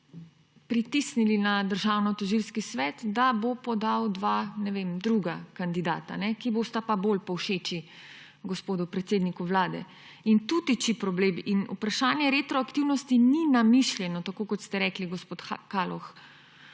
pritisnili na Državnotožilski svet, da bo podal dva druga kandidata, ki bosta pa bolj povšeči gospodu predsedniku Vlade. Tu tiči problem in vprašanje retroaktivnosti ni namišljeno, tako kot ste rekli, gospod Kaloh.